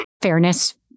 fairness